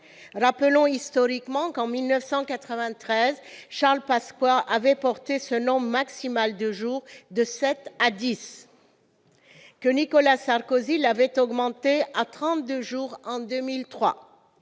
Rappelons historiquement que, en 1993, Charles Pasqua a porté ce nombre maximal de jours de 7 à 10 ; que Nicolas Sarkozy l'a augmenté à 32 jours en 2003,